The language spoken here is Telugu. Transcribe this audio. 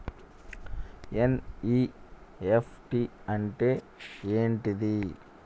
ఎన్.ఇ.ఎఫ్.టి అంటే ఏంటిది?